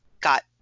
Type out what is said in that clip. got